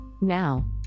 Now